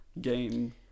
game